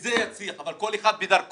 ושזה יצליח אבל כל אחד בדרכו,